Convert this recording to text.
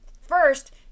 first